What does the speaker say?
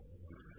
ग्राहकों